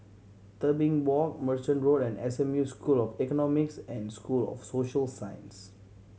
Tebing Walk Merchant Road and S M U School of Economics and School of Social Sciences